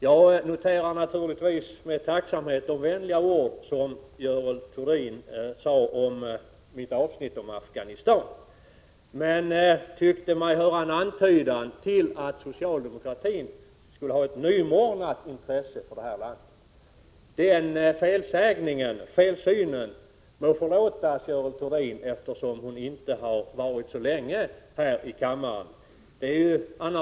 Jag noterar naturligtvis med tacksamhet Görel Thurdins vänliga ord om mitt avsnitt om Afghanistan, men jag hörde en antydan om att socialdemokratin skulle ha ett nymornat intresse för detta land. Den felsynen må förlåtas Görel Thurdin, eftersom hon inte har varit så länge här i kammaren.